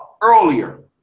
earlier